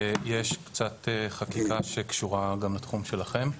יש קצת חקיקה שקשורה גם לתחום שלכם.